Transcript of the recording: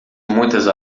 muitas